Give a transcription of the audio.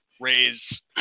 raise